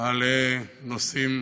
מעלה נושאים